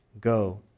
go